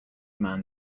man